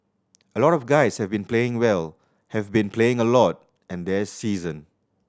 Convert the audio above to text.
a lot of the guys have been playing well have been playing a lot and they're seasoned